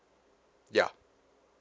yeah